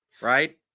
right